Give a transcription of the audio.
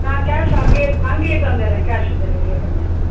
நான் கேஷ் அங்கேயே அங்கேயே தந்துடுறேன் கேஷ் ஆன் டெலிவரியே பண்ணிடுறேன்ம்மா